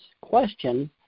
question